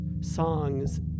songs